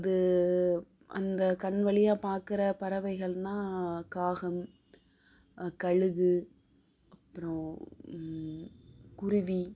அது அந்த கண் வழியாக பார்க்குற பறவைகள்னா காகம் கழுகு அப்புறம் குருவி